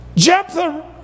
Jephthah